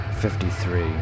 Fifty-three